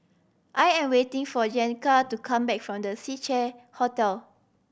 I am waiting for Jeanetta to come back from The Seacare Hotel